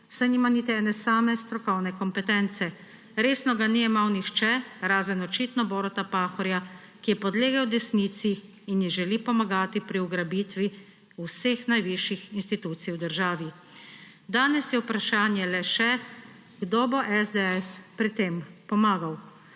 nima niti ene same strokovne kompetence. Resno ga ni jemal nihče razen očitno Boruta Pahorja, ki je podlegel desnici in ji želi pomagati pri ugrabitvi vseh najvišjih institucij v državi. Danes je vprašanje le še, kdo bo SDS pri tem pomagal.